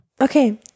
Okay